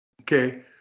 Okay